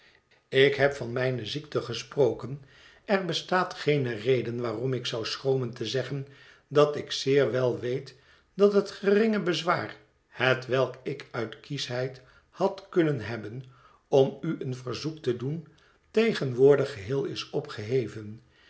ik heb van mijne ziekte gesproken er bestaat geene reden waarom ik zou schroomen te zeggen dat ik zeer wel weet dat het geringe bezwaar hetwelk ik uit kieschheid had kunnen hebben om u een verzoek te doen tegenwoordig geheel is opgeheven